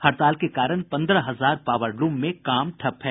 हड़ताल के कारण पन्द्रह हजार पावरलूम में काम ठप है